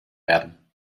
werden